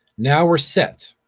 now were set.